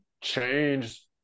change